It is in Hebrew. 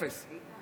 אפס.